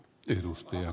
arvoisa puhemies